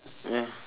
ya